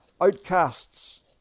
outcasts